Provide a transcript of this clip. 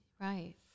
Right